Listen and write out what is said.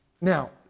Now